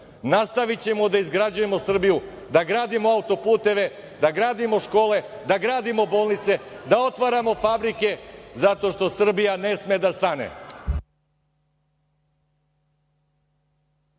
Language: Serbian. Nastavićemo da izgrađujemo Srbiju, da gradimo auto-puteve, da gradimo škole, da gradimo bolnice, da otvaramo fabrike, zato što Srbija ne sme da Stane.